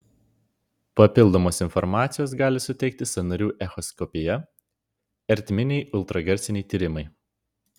papildomos informacijos gali suteikti sąnarių echoskopija ertminiai ultragarsiniai tyrimai